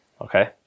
Okay